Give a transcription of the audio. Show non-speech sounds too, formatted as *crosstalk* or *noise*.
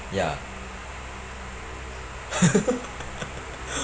ya *laughs*